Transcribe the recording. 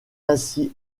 ainsi